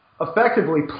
effectively